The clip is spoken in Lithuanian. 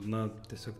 na tiesiog